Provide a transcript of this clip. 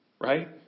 Right